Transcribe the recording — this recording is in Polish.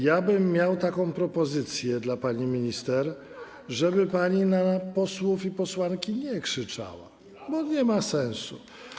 Ja bym miał taką propozycję dla pani minister, żeby pani na posłów i posłanki nie krzyczała, bo to nie ma sensu.